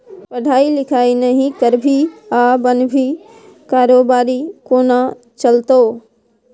पढ़ाई लिखाई नहि करभी आ बनभी कारोबारी कोना चलतौ